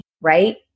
right